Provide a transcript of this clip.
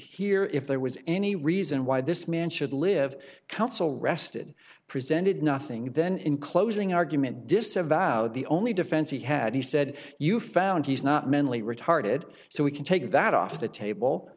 hear if there was any reason why this man should live counsel rested presented nothing then in closing argument disavowed the only defense he had he said you found he's not mentally retarded so we can take that off the table